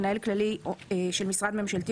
מנהל כללי של משרד ממשלתי,